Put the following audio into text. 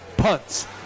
punts